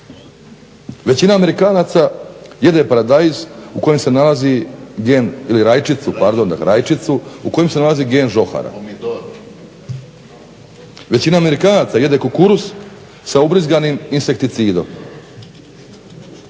gen ili rajčicu, pardon rajčicu u kojem se nalazi gen žohara. Većina Amerikanaca jede kukuruz sa ubrizganim insekticidom.